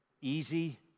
easy